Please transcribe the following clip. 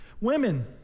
Women